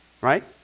right